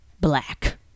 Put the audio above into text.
black